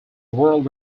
world